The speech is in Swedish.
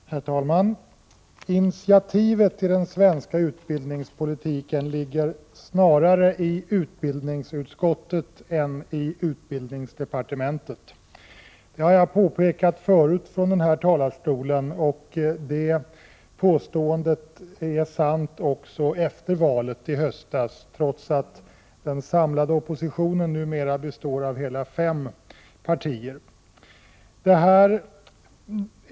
Herr talman! Initiativet till den svenska utbildningspolitiken ligger snarare i utbildningsutskottet än i utbildningsdepartementet. Det har jag påpekat förut från denna talarstol, och det påståendet är sant också efter valet i höstas, trots att den samlade oppositionen numera består av hela fem partier.